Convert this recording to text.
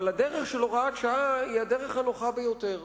אבל הדרך של הוראת שעה היא הדרך הנוחה ביותר.